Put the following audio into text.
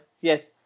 Yes